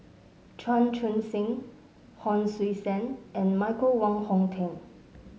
Chan Chun Sing Hon Sui Sen and Michael Wong Hong Teng